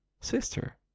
sister